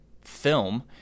film